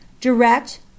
direct